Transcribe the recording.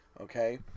Okay